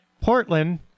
Portland